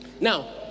Now